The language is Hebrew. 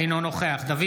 אינו נוכח דוד